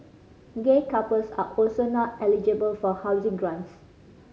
gay couples are also not eligible for housing grants